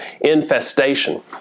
infestation